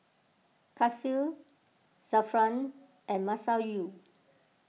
Kasih Zafran and Masayu